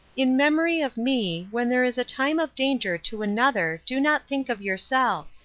in memory of me, when there is a time of danger to another do not think of yourself,